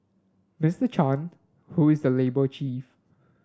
Mister Chan who is the labour chief